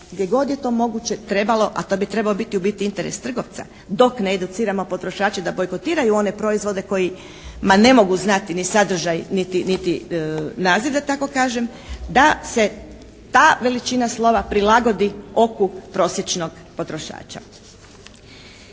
gdje god je to moguće trebalo, a to bi trebao biti u biti interes trgovca dok ne educiramo potrošače da bojkotiraju one proizvode kojima ne mogu znati ni sadržaj niti naziv da tako kažem, da se ta veličina slova prilagodi oku prosječnog potrošača.